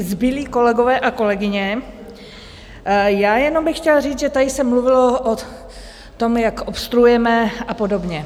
Zbylí kolegové a kolegyně, já jenom bych chtěla říct, že tady se mluvilo o tom, jak obstruujeme a podobně.